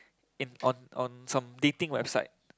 in on on some dating website